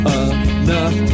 enough